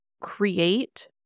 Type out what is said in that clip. create